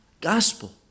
gospel